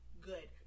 good